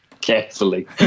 Carefully